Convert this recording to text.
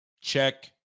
check